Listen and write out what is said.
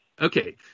Okay